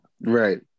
right